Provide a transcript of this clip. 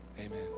amen